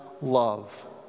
Love